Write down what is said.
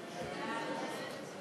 חוק הגנה על בתי-עסק